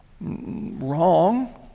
Wrong